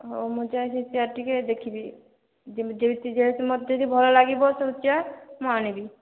ହେଉ ମୁଁ ଯାଇ ସେ ଚେୟାର୍ ଟିକିଏ ଦେଖିବି ଯେମିତି ବି ଯାଇ ଟିକିଏ ମୋତେ ଯଦି ଭଲ ଲାଗିବ ସେ ଚେୟାର୍ ମୁଁ ଆଣିବି